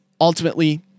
ultimately